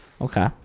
Okay